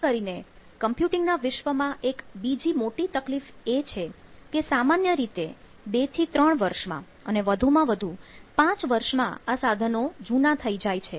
ખાસ કરીને કમ્પ્યુટિંગ ના વિશ્વમાં એક બીજી મોટી તકલીફ એ છે કે સામાન્ય રીતે 2 થી 3 વર્ષમાં અને વધુમાં વધુ 5 વર્ષમાં આ સાધનો જુના થઈ જાય છે